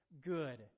Good